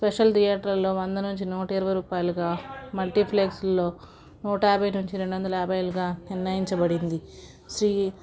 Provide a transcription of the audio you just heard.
special థియేటర్లో వంద నుంచి నూట ఇరవై రూపాయలుగా మల్టీప్లెక్స్లో నూట యాభై నుంచి రెండు వందల యాభైలుగా నిర్ణయించబడింది శ్రీ